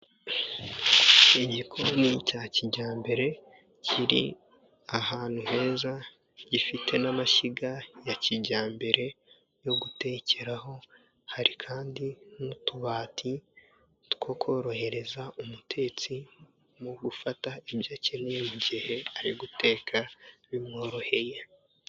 Igikoni cya kijyambere kiri ahantu heza gifite n'amashyiga ya kijyambere yo gutekeraho, hari kandi n'utubati two korohereza umutetsi mu gufata ibyo akeneye mu gihe ari guteka bimworoheye.